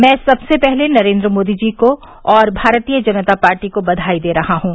मैं सबसे पहले नरेन्द्र मोदी जी को और भारतीय जनता पार्टी को बधाई दे रहा हूँ